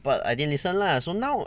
but I didn't listen lah so now